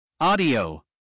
Audio